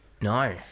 No